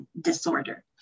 disorder